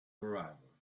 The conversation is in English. arrival